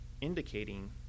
indicating